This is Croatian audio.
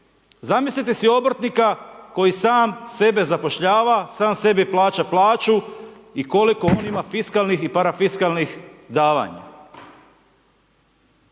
Zamislite si obrtnika koji sam sebe zapošljava, sam sebi plaća plaću i koliko on ima fiskalnih i parafiskalnih davanja,